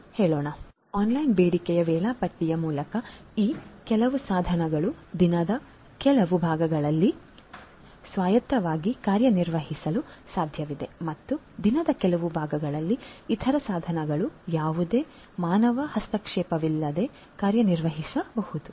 ಆದ್ದರಿಂದ ಆನ್ಲೈನ್ ಬೇಡಿಕೆಯ ವೇಳಾಪಟ್ಟಿಯ ಮೂಲಕ ಈ ಕೆಲವು ಸಾಧನಗಳು ದಿನದ ಕೆಲವು ಭಾಗಗಳಲ್ಲಿ ಸ್ವಾಯತ್ತವಾಗಿ ಕಾರ್ಯನಿರ್ವಹಿಸಲು ಸಾಧ್ಯವಿದೆ ಮತ್ತು ದಿನದ ಕೆಲವು ಭಾಗಗಳಲ್ಲಿ ಇತರ ಸಾಧನಗಳು ಯಾವುದೇ ಮಾನವ ಹಸ್ತಕ್ಷೇಪವಿಲ್ಲದೆ ಕಾರ್ಯನಿರ್ವಹಿಸಬಹುದು